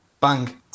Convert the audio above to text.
bang